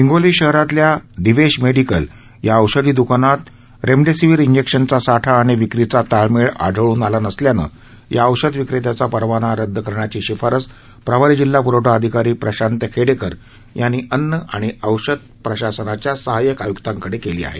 हिंगोली शहरातल्या दिवेश मेडीकल या औषधी द्रकानात रेमडेसीवीर इंजेक्शनचा साठा आणि विक्रीचा ताळमेळ आढळून आला नसल्यानं या औषध विक्रेत्याचा परवाना रदद शि ारस प्रभारी जिल्हा प्रवठा अधिकारी प्रशांत खेडेकर यांनी अन्न आणि औषध प्रशासनाच्या सहाय्यक आय्क्तांकडे केली आहे